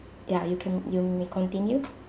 ya you can you may continue